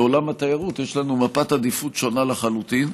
בעולם התיירות יש לנו מפת עדיפות שונה לחלוטין,